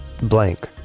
blank